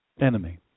enemy